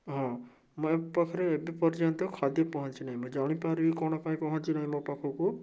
ହଁ ମୋ ପାଖରେ ଏବେ ପର୍ଯ୍ୟନ୍ତ ଖାଦ୍ୟ ପହଞ୍ଚିନାହିଁ ମୁଁ ଜାଣିପାରିବି କ'ଣ ପାଇଁ ପହଞ୍ଚିନାହିଁ ମୋ ପାଖକୁ